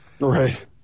Right